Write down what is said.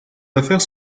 affaires